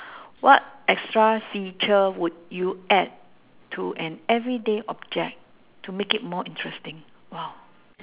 what extra feature would you add to an everyday object to make it more interesting !wow!